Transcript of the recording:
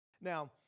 Now